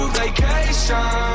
vacation